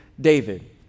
David